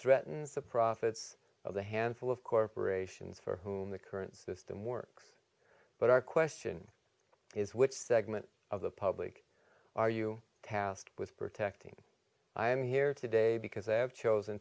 threatens the profits of the handful of corporations for whom the current system works but our question is which segment of the public are you tasked with protecting i am here today